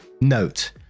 note